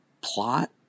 plot